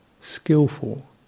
skillful